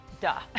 duh